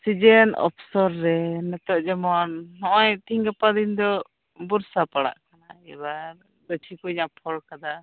ᱥᱤᱡᱤᱱ ᱚᱯᱷᱥᱚᱨ ᱨᱮ ᱱᱤᱛᱳᱜ ᱡᱮᱢᱚᱱ ᱱᱚᱜᱼᱚᱭ ᱛᱮᱦᱮᱧ ᱜᱟᱯᱟ ᱫᱤᱱ ᱫᱚ ᱵᱚᱨᱥᱟ ᱯᱟᱲᱟᱜ ᱠᱟᱱᱟ ᱮᱵᱟᱨ ᱜᱟᱹᱪᱷᱤ ᱠᱩᱧ ᱟᱯᱷᱚᱨ ᱠᱟᱫᱟ